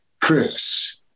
Chris